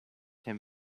him